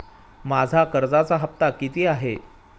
माझा कर्जाचा हफ्ता किती आहे?